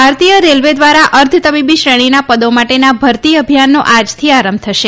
ભારતીય રેલવે દ્વારા અર્ધતબીબી શ્રેણીના પદો માટેના ભરતી અભિયાનનો આજથી આરંભ થશે